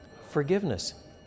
forgiveness